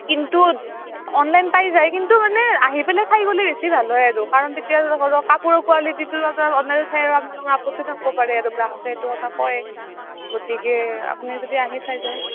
কিন্তু অনলাইন পাই যায় কিন্তু মানে আহি পেলাই চাই গ'লে বেছি ভাল হয় আৰু কাৰণ তেতিয়া আৰু ধৰক কাপোৰৰ কোৱালিটিটো অনলাইনত চাই আৰু আপ্নালোকৰ আপত্তি থাকিব পাৰে আৰু গ্ৰাহকে সেইটো কথা কয়ে গতিকে আপ্নি যদি আহি চাই যায়